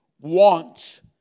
wants